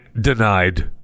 Denied